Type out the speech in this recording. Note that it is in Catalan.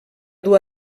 dur